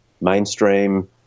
mainstream